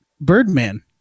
Birdman